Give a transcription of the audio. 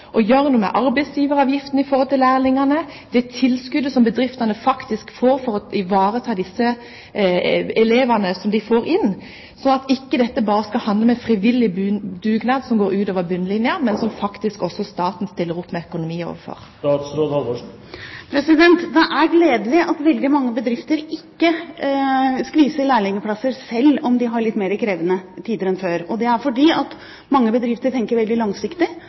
å gjøre noe med arbeidsgiveravgiften i forhold til lærlingene og med det tilskuddet som bedriftene faktisk får for at de ivaretar de elevene som de får inn, slik at dette ikke bare skal handle om en frivillig dugnad som går utover bunnlinjen, men at staten faktisk stiller opp når det gjelder økonomi? Det er gledelig at veldig mange bedrifter ikke skviser lærlingplasser selv om de har litt mer krevende tider enn før. Det er fordi at mange bedrifter tenker veldig langsiktig,